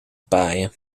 paaien